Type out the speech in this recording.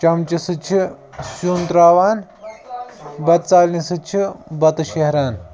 چَمچہٕ سۭتۍ چھِ سیُن تراوان بَتہٕ ژالنہِ سۭتۍ چھِ بَتہٕ شیٚہران